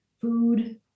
food